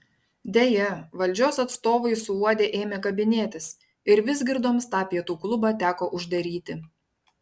deja valdžios atstovai suuodę ėmė kabinėtis ir vizgirdoms tą pietų klubą teko uždaryti